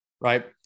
Right